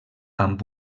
amb